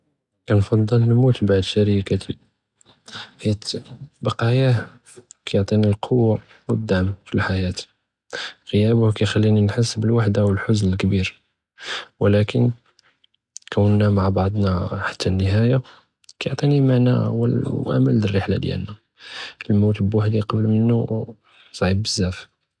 כנפצ׳ל נמות בעד שְרִיקְתִי בְּחִית בְּחִית בְּקַאיָאה כִּיעְטִינִי לְקּוּוַה וּלְדַּעְם פַלְחְיַאה، עְ׳יַאבּוּ כִּיְחַלִּינִי נְחַס בִּלְוִחְדַה וּלְחֻזְן לְכְּבִיר וּלַכִּן כּוּנַא מְעַא בַּעְדְנַא חַתַּא לִנִהַאיַה כִּיעְטִינִי מַענַא וּאָאמַל לִלְרִחְלַה דִיַאלְנַא، כנמות בּוּחְדִי קְבְּל מִנוּ צְעִיבּ בְּזַאף.